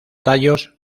tallos